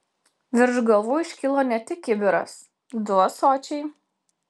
virš galvų iškilo ne tik kibiras du ąsočiai